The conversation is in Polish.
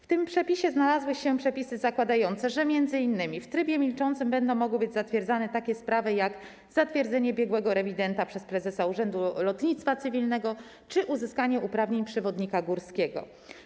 W tym projekcie znalazły się przepisy zakładające, że m.in. w trybie milczącym będą mogły być przeprowadzane takie sprawy jak zatwierdzenie biegłego rewidenta przez prezesa Urzędu Lotnictwa Cywilnego czy uzyskanie uprawnień przewodnika górskiego.